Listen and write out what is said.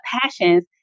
passions